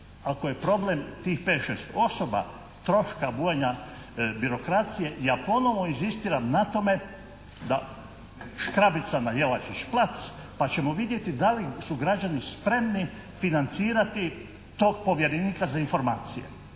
Ako je problem tih pet, šest osoba troška bujanja birokracije ja ponovo inzistiram na tome da škrabica na Jelačić plac pa ćemo vidjeti da li su građani spremni financirati tog povjerenika za informacije